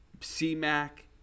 C-Mac